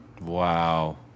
Wow